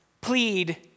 plead